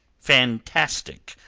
fantastic,